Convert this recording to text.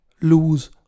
lose